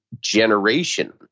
generation